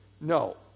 No